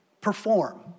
perform